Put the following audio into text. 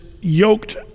yoked